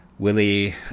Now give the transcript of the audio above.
Willie